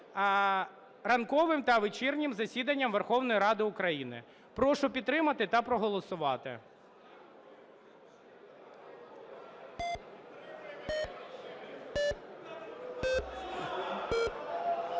ранковим та вечірнім засіданнями Верховної Ради України. Прошу підтримати та проголосувати.